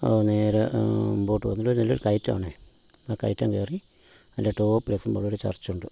നേരെ മുമ്പോട്ട് വന്നിട്ടൊരു നല്ലൊരു കയറ്റമാണെ ആ കയറ്റം കയറി അതിൻ്റെ ടോപ്പിൽ എത്തുമ്പോഴൊര് ചർച്ച് ഉണ്ട്